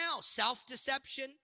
Self-deception